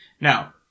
Now